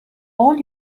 all